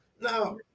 Now